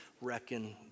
reckon